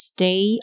Stay